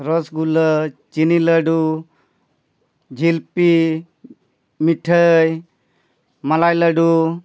ᱨᱚᱥᱜᱩᱞᱞᱚ ᱪᱤᱱᱤ ᱞᱟᱹᱰᱩ ᱡᱤᱞᱯᱤ ᱢᱤᱴᱷᱟᱹᱭ ᱢᱟᱞᱟᱭ ᱞᱟᱹᱰᱩ